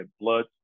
blood